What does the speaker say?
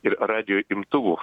ir radijo imtuvų